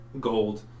gold